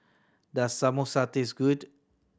does Samosa taste good